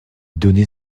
donnait